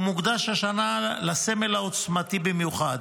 והוא מוקדש השנה לסמל העוצמתי במיוחד: